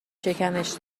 شکمش